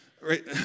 Right